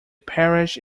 parish